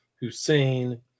Hussein